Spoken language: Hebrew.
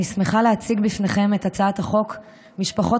אני שמחה להציג בפניכם את הצעת חוק משפחות